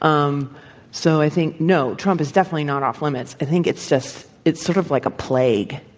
um so, i think, no, trump is definitely not off limits. i think it's just it's sort of like a plague,